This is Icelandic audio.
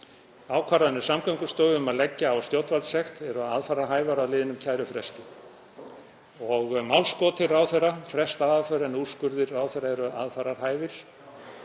Ákvarðanir Samgöngustofu um að leggja á stjórnvaldssekt eru aðfararhæfar að liðnum kærufresti. Málskot til ráðherra frestar aðför en úrskurðir ráðherra eru aðfararhæfir.